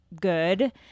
good